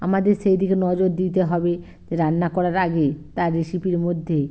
আমাদের সেই দিকে নজর দিতে হবে তাই রান্না করার আগেই তা রেসিপির মধ্যে